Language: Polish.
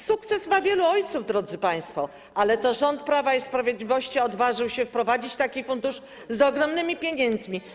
Sukces ma wielu ojców, drodzy państwo, ale to rząd Prawa i Sprawiedliwości odważył się wprowadzić taki fundusz z ogromnymi pieniędzmi.